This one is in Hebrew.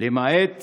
למעט